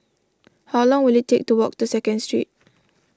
how long will it take to walk to Second Street